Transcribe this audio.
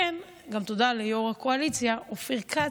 כן, תודה גם ליושב-ראש הקואליציה אופיר כץ,